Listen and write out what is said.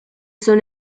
son